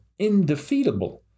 indefeatable